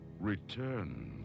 Return